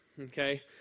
okay